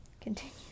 continue